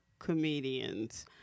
comedians